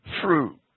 fruit